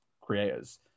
creators